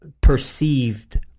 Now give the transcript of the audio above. perceived